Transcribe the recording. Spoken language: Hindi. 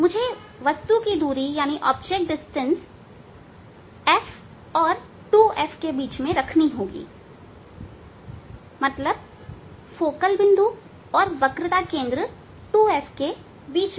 मुझे वस्तु की दूरी f और 2f के बीच में रखनी होगी मतलब फोकल बिंदु और वक्रता केंद्र 2f के बीच में